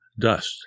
dust